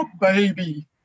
baby